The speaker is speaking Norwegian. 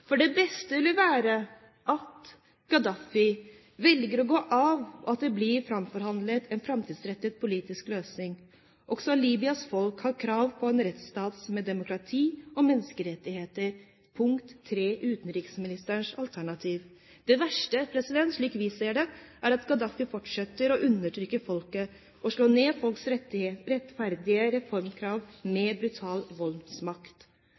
for det beste ville være at Gaddafi velger å gå av, og at det blir framforhandlet en framtidsrettet politisk løsning. Også Libyas folk har krav på en rettsstat med demokrati og menneskerettigheter – altså utenriksministerens tredje alternativ. Det verste er, slik vi ser det, at Gaddafi fortsetter å undertrykke folket og slå ned folks rettferdige reformkrav med brutal voldsmakt.